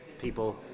people